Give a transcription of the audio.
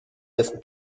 dessen